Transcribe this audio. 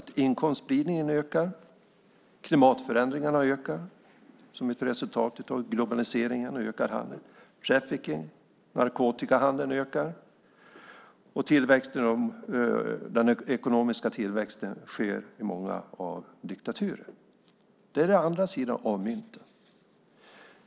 Inkomstspridningen ökar. Klimatförändringen ökar som ett resultat av globaliseringen och ökad handel. Trafficking och narkotikahandeln ökar. Den ekonomiska tillväxten sker i många diktaturer. Det är den andra sidan av myntet.